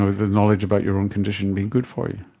the knowledge about your own condition being good for you.